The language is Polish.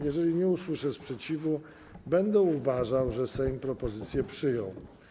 Jeżeli nie usłyszę sprzeciwu, będę uważał, że Sejm propozycję przyjął.